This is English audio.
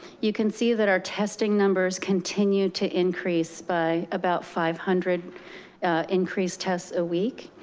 you can see that our testing numbers continue to increase by about five hundred increased tests a week,